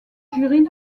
jury